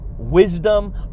wisdom